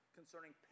concerning